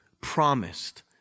promised